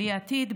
בלי עתיד,